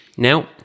Now